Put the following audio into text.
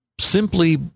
simply